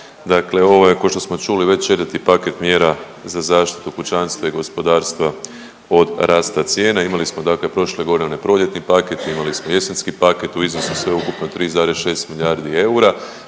je kao što smo čuli već 4 paket mjera za zaštitu kućanstva i gospodarstva od rasta cijene. Imali smo dakle prošle godine onaj proljetni paket, imali smo jesenski paket u iznosu sveukupno 3,6 milijardi eura,